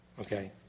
Okay